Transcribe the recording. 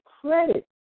credit